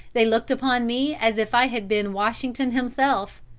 they looked upon me as if i had been washington himself,